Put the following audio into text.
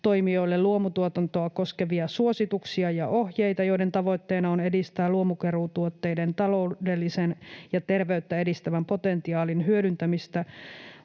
toimijoille luomutuotantoa koskevia suosituksia ja ohjeita, joiden tavoitteena on edistää luomukeruutuotteiden taloudellisen ja terveyttä edistävän potentiaalin hyödyntämistä.